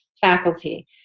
faculty